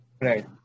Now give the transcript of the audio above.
Right